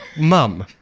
Mum